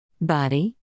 Body